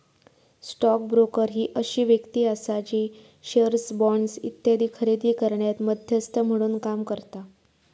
stock broker ही अशी व्यक्ती आसा जी शेअर्स, बॉण्ड्स इत्यादी खरेदी करण्यात मध्यस्थ म्हणून काम करता